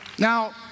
Now